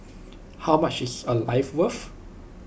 how much is A life worth